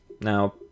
Now